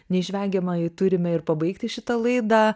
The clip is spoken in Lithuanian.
neišvengiamai turime ir pabaigti šitą laidą